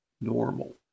normal